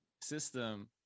system